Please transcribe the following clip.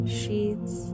sheets